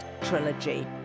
trilogy